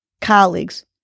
colleagues